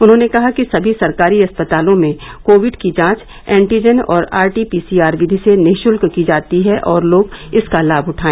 उन्होंने कहा कि सभी सरकारी अस्पतालों में कोविड की जांच एंटीजन और आरटीपीसीआर विधि से निशुल्क की जाती है और लोग इसका लाम उठाए